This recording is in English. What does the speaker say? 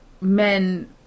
men